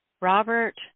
Robert